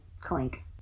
Clink